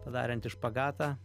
padaranti špagatą